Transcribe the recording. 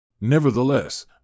Nevertheless